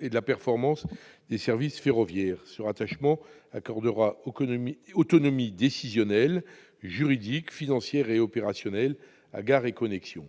et de la performance des services ferroviaires. Ce rattachement accordera autonomie décisionnelle, juridique, financière et opérationnelle à Gares & Connexions.